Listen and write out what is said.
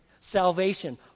salvation